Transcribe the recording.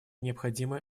необходимо